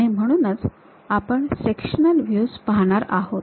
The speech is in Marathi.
आणि म्हणूनच आपण सेक्शनल व्ह्यूज पाहणार आहोत